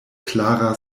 klara